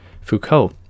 Foucault